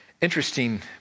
Interesting